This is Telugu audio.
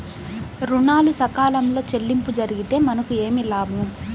ఋణాలు సకాలంలో చెల్లింపు జరిగితే మనకు ఏమి లాభం?